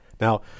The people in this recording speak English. Now